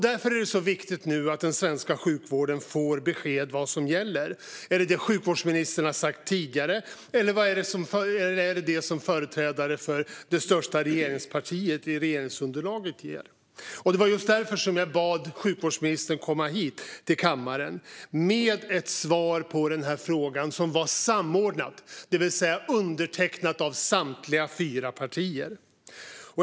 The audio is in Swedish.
Därför är det nu så viktigt att den svenska sjukvården får besked om vad som gäller. Är det vad sjukvårdsministern har sagt tidigare? Eller är det vad företrädare för det största regeringspartiet i regeringsunderlaget säger? Det är just därför jag har bett sjukvårdsministern att komma hit till kammaren med ett samordnat svar i frågan, det vill säga undertecknat av samtliga fyra partier.